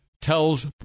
tells